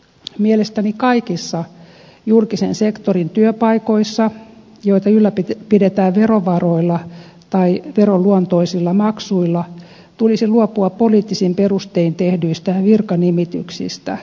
mielestäni kaikissa julkisen sektorin työpaikoissa joita ylläpidetään verovaroilla tai veronluonteisilla maksuilla tulisi luopua poliittisin perustein tehdyistä virkanimityksistä